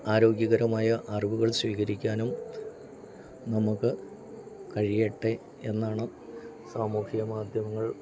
ആരോഗ്യകരമായ അറിവുകൾ സ്വീകരിക്കാനും നമുക്ക് കഴിയട്ടേ എന്നാണ് സാമൂഹ്യ മാദ്ധ്യമങ്ങൾ